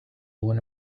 one